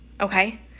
okay